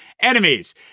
Enemies